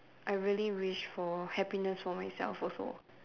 I really wish for happiness for myself also